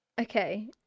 Okay